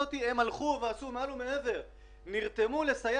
האם החשב הכללי פנה למנהל רשות החברות הממשלתיות כדי שהוא ינחה